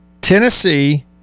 Tennessee